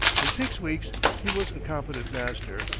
in six weeks he was a competent master,